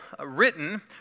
written